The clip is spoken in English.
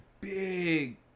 big